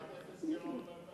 לעומת אפס גירעון,